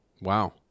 Wow